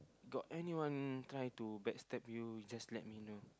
got anyone try to back stab you you just let me know